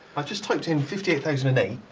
i've just typed in fifty eight thousand and eight,